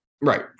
right